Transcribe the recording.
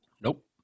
Nope